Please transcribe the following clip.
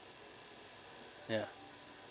yeah